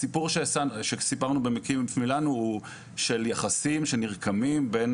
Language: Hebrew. הסיפור שסיפרנו ב"מקיף מילנו" הוא על יחסים שנרקמים בין